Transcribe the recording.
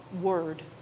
word